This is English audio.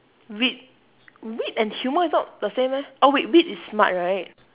wit wit and humour is not the same meh oh wait wit is smart right